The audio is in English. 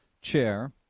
Chair